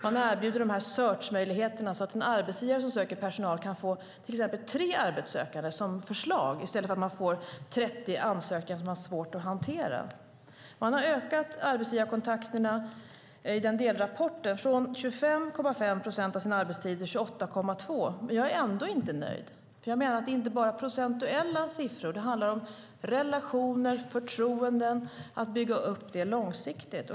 Man erbjuder searchmöjligheterna så att en arbetsgivare som söker personal kan få till exempel tre arbetssökande som förslag i stället för att få kanske 30 ansökningar, vilket är svårt att hantera. Man har enligt delrapporten ökat arbetsgivarkontakterna från 25,5 procent av sin arbetstid till 28,2. Jag är ändå inte nöjd, för jag menar att det inte bara handlar om procentuella siffror. Det handlar om relationer och förtroenden och om att bygga upp dessa långsiktigt.